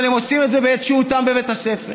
אבל הם עושים את זה בעת שהותם בבית הספר.